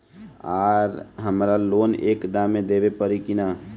आर हमारा लोन एक दा मे देवे परी किना?